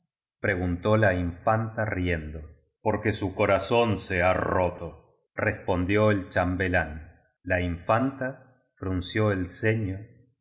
preguntó la infanta riendo porque su corazón se ha rotorespondió el chambelán la infanta frunció el ceño